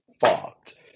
fucked